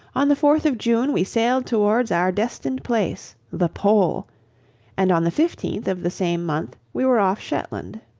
on the fourth of june we sailed towards our destined place, the pole and on the fifteenth of the same month we were off shetland.